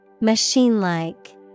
Machine-like